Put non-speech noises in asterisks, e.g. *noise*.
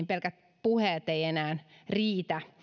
*unintelligible* pelkät puheet eivät enää riitä